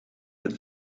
het